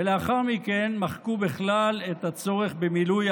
ולאחר מכן מחקו בכלל את הצורך במילוי